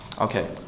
Okay